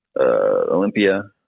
Olympia